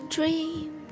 Dream